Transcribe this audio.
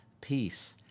peace